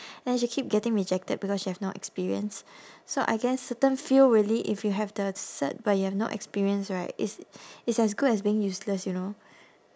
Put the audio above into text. then she keep getting rejected because she have no experience so I guess certain field really if you have the cert but you have no experience right it's it's as good as being useless you know